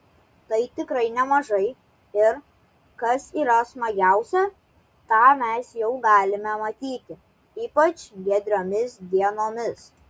tai tikrai nemažai ir kas yra smagiausia tą mes jau galime matyti ypač giedromis dienomis